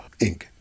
Inc